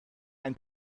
ein